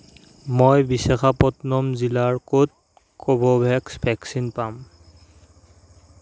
মই বিশাখাপট্টনম জিলাৰ ক'ত কোৰ্বীভেক্স ভেকচিন পাম